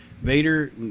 Vader